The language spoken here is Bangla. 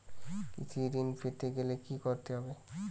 কৃষি ঋণ পেতে গেলে কি করতে হবে?